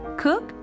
cook